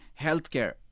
healthcare